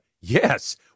Yes